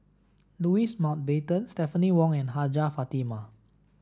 Louis Mountbatten Stephanie Wong and Hajjah Fatimah